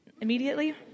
immediately